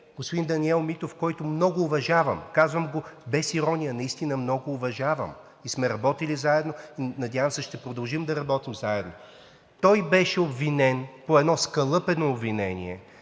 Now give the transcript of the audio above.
господин Даниел Митов, когото много уважавам, казвам го без ирония, наистина много уважавам, и сме работили заедно. Надявам се, ще продължим да работим заедно. Той беше обвинен по едно скалъпено обвинение